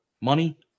money